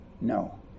No